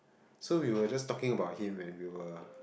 so we were just talking about him when we were